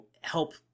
help